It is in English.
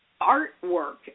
artwork